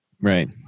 Right